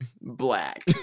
Black